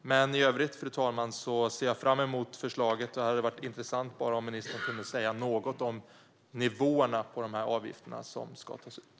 I övrigt, fru talman, ser jag fram emot förslaget. Det hade även varit intressant om ministern hade kunnat säga något om nivåerna på de avgifter som ska tas ut.